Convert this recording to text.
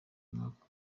umwaka